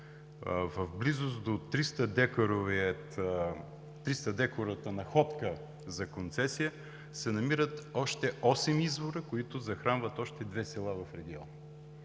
в близост до 300-декаровата находка за концесия се намират още осем извора, които захранват с вода още две села в региона.